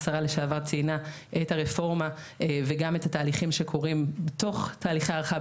השרה לשעבר ציינה את הרפורמה וגם את התהליכים שקורים בתוך תהליכי הערכה,